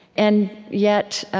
and yet,